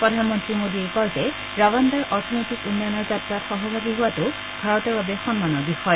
প্ৰধানমন্ত্ৰী মোদীয়ে কয় যে ৰাৱাণ্ডাৰ অৰ্থনৈতিক উন্নয়নৰ যাত্ৰাত সহভাগী হোৱাটো ভাৰতৰ বাবে সন্মানৰ বিষয়